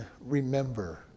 remember